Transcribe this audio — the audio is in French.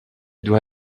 doit